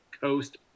Coast